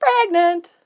pregnant